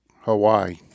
Hawaii